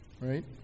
Right